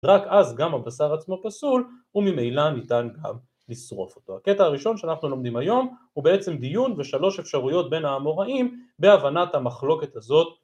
רק אז גם הבשר עצמו פסול וממילא ניתן גם לשרוף אותו. הקטע הראשון שאנחנו לומדים היום הוא בעצם דיון ושלוש אפשרויות בין האמוראים בהבנת המחלוקת הזאת